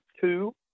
two